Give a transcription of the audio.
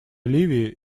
ливии